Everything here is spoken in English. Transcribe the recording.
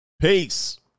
Peace